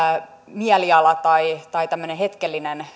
mieliala tai tai tämmöinen hetkellinen